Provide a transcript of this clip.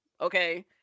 okay